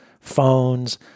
phones